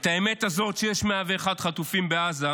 את האמת הזאת, שיש 101 חטופים בעזה,